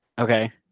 Okay